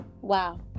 Wow